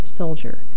soldier